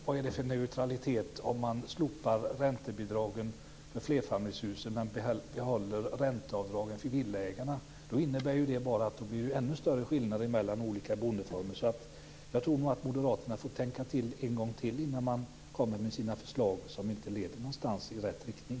Vad är det för neutralitet om man slopar räntebidragen för flerfamiljshusen men behåller ränteavdragen för villaägarna? Det innebär bara att det blir ännu större skillnader mellan olika boendeformer. Jag tror nog att moderaterna får tänka till en gång till innan de kommer med förslag som inte leder i rätt riktning.